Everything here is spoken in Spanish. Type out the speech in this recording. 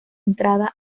entrada